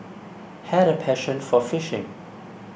had a passion for fishing